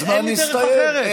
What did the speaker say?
הזמן הסתיים.